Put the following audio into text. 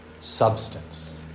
substance